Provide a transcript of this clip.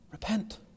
Repent